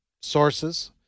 sources